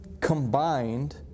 combined